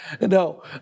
No